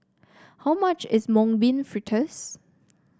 how much is Mung Bean Fritters